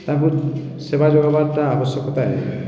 ତାଙ୍କୁ ସେବା ଯୋଗାବାର୍ଟା ଆବଶ୍ୟକତା ଆଏ